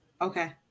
Okay